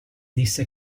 disse